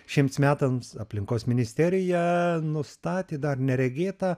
šiems metams aplinkos ministerija nustatė dar neregėtą